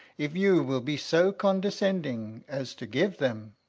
if you will be so condescending as to give them.